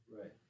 Right